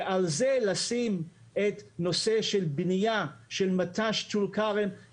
ועל זה לשים את הנושא של בנייה של מט"ש טול כרם.